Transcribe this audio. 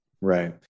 Right